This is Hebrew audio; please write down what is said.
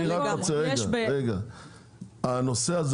הנושא הזה